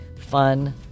fun